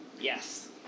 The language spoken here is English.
Yes